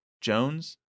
Jones